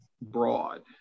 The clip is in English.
broad